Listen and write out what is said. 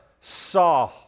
saw